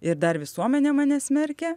ir dar visuomenė mane smerkia